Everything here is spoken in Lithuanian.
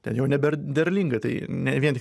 ten jau nebėr derlinga tai ne vien tik